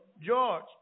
George